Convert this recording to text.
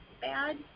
bad